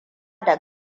da